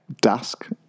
Dusk